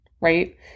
right